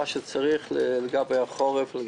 מה שצריך לגבי החורף.